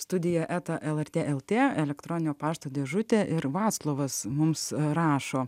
studija eta lrt lt elektroninio pašto dėžutė ir vaclovas mums rašo